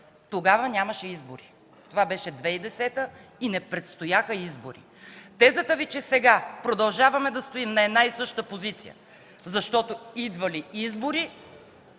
Тогава нямаше избори. Това беше през 2010 г. и не предстояха избори. Тезата Ви, че сега продължаваме да стоим на една и съща позиция, защото идвали избори,